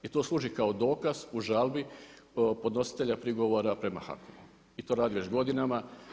I to služi kao dokaz u žalbi podnositelja prigovora prema HAKOM-u i to radi već godinama.